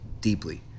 deeply